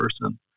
person